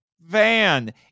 van